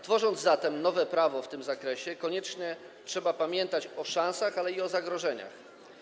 Tworząc zatem nowe prawo w tym zakresie, koniecznie trzeba pamiętać o szansach, ale i o zagrożeniach.